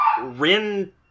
Rin